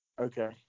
Okay